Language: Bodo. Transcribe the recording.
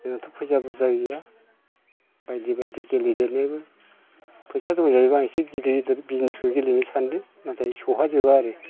जोंनावथ' फैसा बुरजा गैया बायदि बायदि गेलेदेरनोबो फैसा दंनायब्ला आं एसे गिदिर गिदिर बिसनेसखौ गेलेनो सानदों नाथाय सौहा जोबा आरो